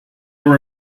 were